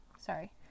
sorry